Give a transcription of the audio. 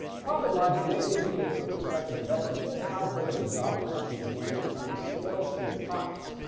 profit margin may indicate to a prospective investor just how good of a job a company is doing at turning sales into profits.